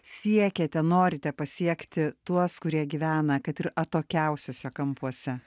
siekiate norite pasiekti tuos kurie gyvena kad ir atokiausiuose kampuose